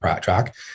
track